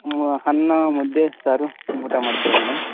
ಅನ್ನ ಮುದ್ದೆ ಸಾರು ಊಟ ಮಾಡ್ತಿರಿ ಮೇಡಮ್